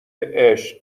عشق